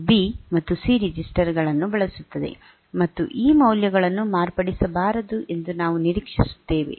ಇದು ಬಿ ಮತ್ತು C register ಗಳನ್ನು ಬಳಸುತ್ತದೆ ಮತ್ತು ಈ ಮೌಲ್ಯಗಳನ್ನು ಮಾರ್ಪಡಿಸಬಾರದು ಎಂದು ನಾವು ನಿರೀಕ್ಷಿಸುತ್ತೇವೆ